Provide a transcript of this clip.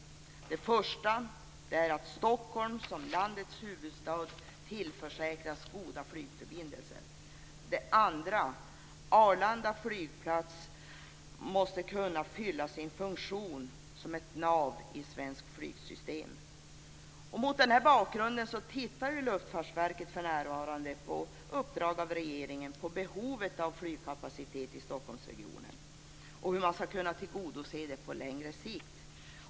För det första måste Stockholm som landets huvudstad tillförsäkras goda flygförbindelser. För det andra måste Arlanda flygplats kunna fylla sin funktion som ett nav i det svenska flygsystemet. Mot denna bakgrund utreder Luftfartsverket för närvarande på regeringens uppdrag hur behovet av flygkapacitet i Stockholmsregionen skall kunna tillgodoses på längre sikt.